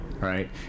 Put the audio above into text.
Right